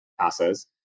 CASAs